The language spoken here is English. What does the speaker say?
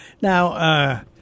Now